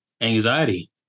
anxiety